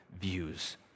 views